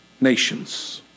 nations